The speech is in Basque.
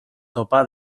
topa